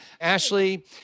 Ashley